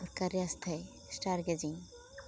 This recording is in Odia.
ପ୍ରକାରରେ ଆସି ଥାଏ ଷ୍ଟାରଗେଜିଂ